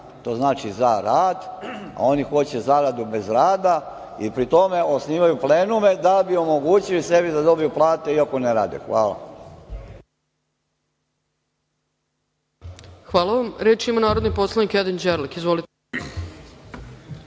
to znači za rad, a oni hoće zaradu bez rada i pri tome osnivaju plenume da bi omogućili sebi da dobiju plate, iako ne rade. Hvala.